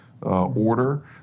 order